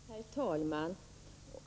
Herr talman!